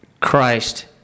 Christ